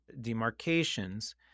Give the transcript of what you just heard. demarcations